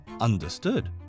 Understood